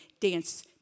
dance